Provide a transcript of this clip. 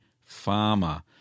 Farmer